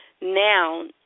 now